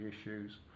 issues